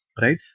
right